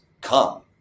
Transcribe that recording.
come